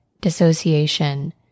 dissociation